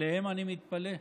עליהם אני מתפלא.